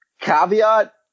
caveat